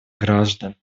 граждан